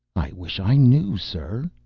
i wish i knew, sir,